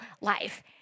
life